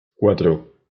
cuatro